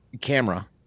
camera